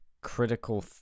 Critical